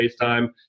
FaceTime